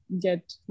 get